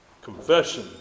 confession